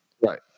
Right